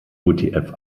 utf